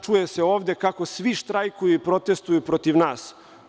Čuje se ovde kako svi štrajkuju i protestvuju protiv nas.